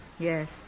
Yes